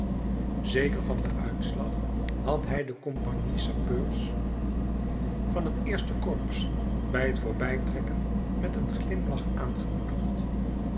zeker van den uitslag had hij de kompagnie sapeurs van het eerste korps bij t voorbijtrekken met een glimlach aangemoedigd